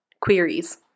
Queries